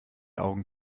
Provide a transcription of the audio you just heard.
augen